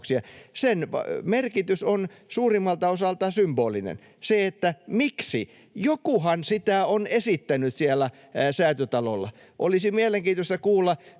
Sen merkitys on suurimmalta osalta symbolinen. Mutta miksi? Jokuhan sitä on esittänyt siellä Säätytalolla. Olisi mielenkiintoista kuulla,